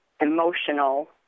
emotional